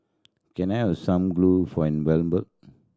can I have some glue for envelope